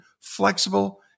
flexible